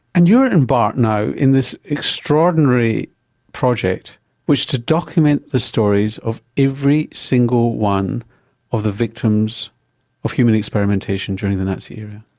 and you're embarked now in this extraordinary project which is to document the stories of every single one of the victims of human experimentation during the nazi era.